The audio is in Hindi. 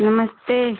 नमस्ते